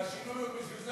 אבל הנושא מופרך,